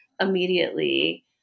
immediately